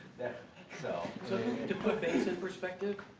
so so to put base in perspective,